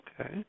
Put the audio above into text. Okay